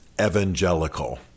evangelical